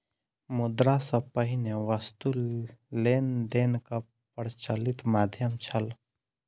मुद्रा सॅ पहिने वस्तु लेन देनक प्रचलित माध्यम छल